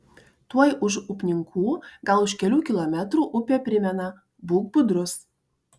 tuoj už upninkų gal už kelių kilometrų upė primena būk budrus